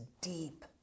deep